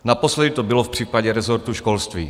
Naposledy to bylo v případě rezortu školství.